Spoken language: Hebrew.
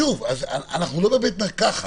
שוב אנחנו לא בבית מרקחת.